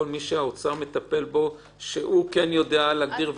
מי שהאוצר מטפל בו שכן יודע להגדיר?